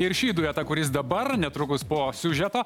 ir šį duetą kuris dabar netrukus po siužeto